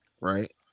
right